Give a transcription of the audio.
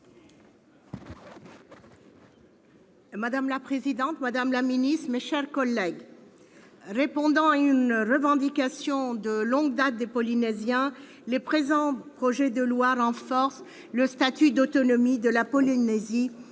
Madame la présidente, madame la ministre, mes chers collègues, répondant à une revendication exprimée de longue date par les Polynésiens, ces deux projets de loi renforcent le statut d'autonomie de la Polynésie